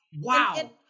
Wow